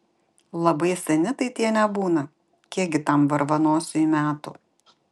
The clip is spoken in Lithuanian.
labai seni tai tie nebūna kiekgi tam varvanosiui metų